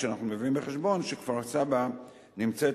כשאנחנו מביאים בחשבון שכפר-סבא נמצאת